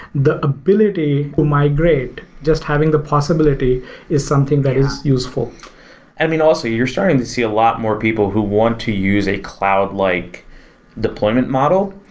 the ability to migrate, just having the possibility is something that is useful i mean, also, you're starting to see a lot more people who want to use a cloud like deployment model,